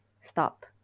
stop